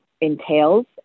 entails